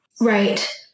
right